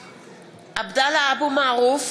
(קוראת בשמות חברי הכנסת) עבדאללה אבו מערוף,